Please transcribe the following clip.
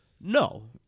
no